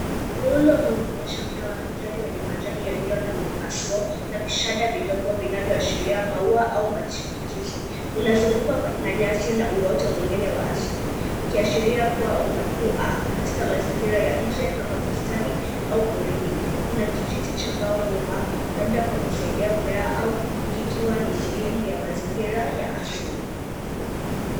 Muundo huu unaonyesha mmea wa kijani wenye majani yaliyo na mipasuo na vishada vidogo vinavyoashiria maua au machipukizi. Unazungukwa na nyasi na uoto mwingine wa asili ukiashiria kuwa unakua katika mazingira ya nje kama bustani au porini. Kuna kijiti cha mbao nyuma, labda kwa kusaidia mmea au kikiwa ni sehemu ya mazingira ya asili.